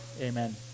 Amen